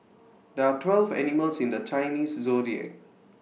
there are twelve animals in the Chinese Zodiac